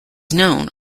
known